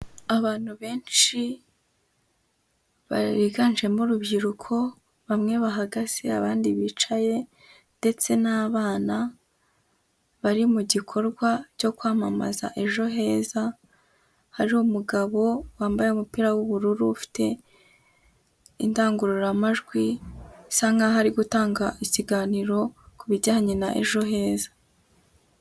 Abantu benshi, biganjemo urubyiruko, bamwe bahagaze, abandi bicaye ndetse n'abana, bari mu gikorwa cyo kwamamaza Ejo heza, hari umugabo wambaye umupira w'ubururu, ufite indangururamajwi bisa nk'aho ari gutanga ikiganiro kubijyanye na Ejo heza.